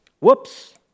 Whoops